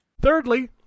Thirdly